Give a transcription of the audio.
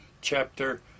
chapter